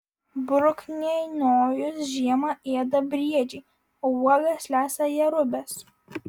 bruknienojus žiemą ėda briedžiai o uogas lesa jerubės